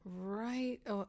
right